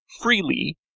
freely